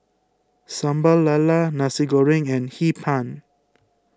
Sambal Lala Nasi Goreng and Hee Pan